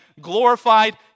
glorified